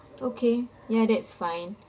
okay ya that's fine